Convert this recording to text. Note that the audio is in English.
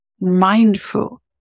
mindful